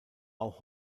auch